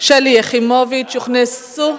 שלי יחימוביץ, שלישית.